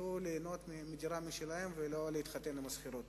יוכלו ליהנות מדירה משלהם ולא להתחתן עם השכירות.